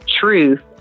truth